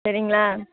சரிங்களா